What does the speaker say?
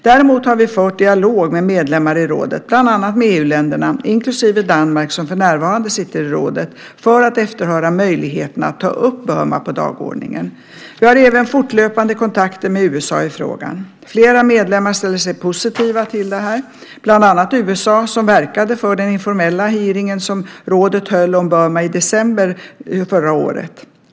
Däremot har vi fört dialog med medlemmar i rådet, bland annat med EU-länderna inklusive Danmark som för närvarande sitter i rådet för att efterhöra möjligheterna att ta upp Burma på dagordningen. Vi har även fortlöpande kontakter med USA i frågan. Flera medlemmar ställer sig positiva till detta, bland andra USA som verkade för den informella hearing som rådet höll om Burma i december förra året.